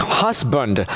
husband